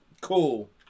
cool